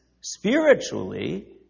spiritually